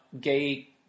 gay